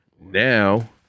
Now